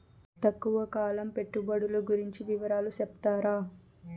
తక్కువ కాలం పెట్టుబడులు గురించి వివరాలు సెప్తారా?